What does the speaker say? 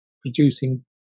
producing